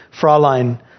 Fraulein